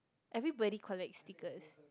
everybody collects stickers